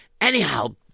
Anyhow